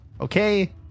Okay